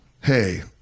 Hey